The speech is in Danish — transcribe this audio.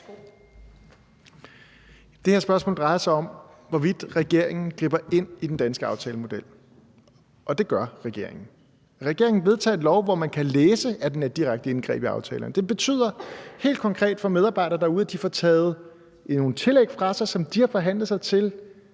Det her spørgsmål drejer sig om, hvorvidt regeringen griber ind i den danske aftalemodel – og det gør regeringen. Regeringen vedtager et lovforslag, hvori man kan læse, at det er et direkte indgreb i aftalerne. Det betyder helt konkret for medarbejdere derude, at de får taget nogle tillæg fra sig, som de har forhandlet sig til